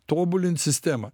tobulint sistemą